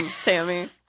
Sammy